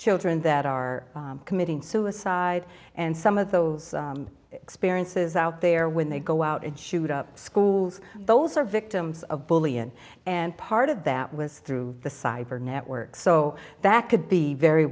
children that are committing suicide and some of those experiences out there when they go out and shoot up schools those are victims of bullying and part of that was through the cyber network so that could be very